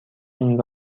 این